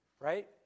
right